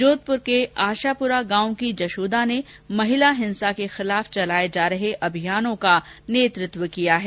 जोधप्र के आशापुरा गांव की जशोदा ने महिला हिंसा के खिलाफ चलाये जा रहे अभियानों का नेतृत्व किया है